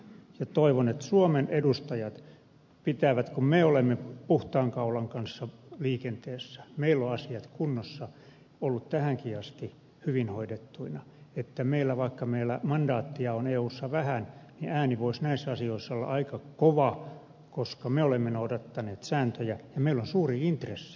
toivon että suomen edustajilla kun me olemme puhtaan kaulan kanssa liikenteessä meillä on asiat kunnossa ovat olleet tähänkin asti hyvin hoidettuina vaikka meillä mandaattia on eussa vähän ääni olisi näissä asioissa aika kova koska me olemme noudattaneet sääntöjä ja meillä on suuri intressi